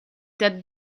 that